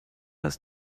ist